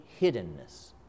hiddenness